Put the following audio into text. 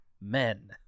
Men